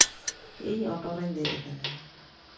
ᱤᱧ ᱚᱴᱳ ᱨᱮᱧ ᱫᱮᱡ ᱠᱟᱱᱟ